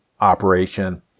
operation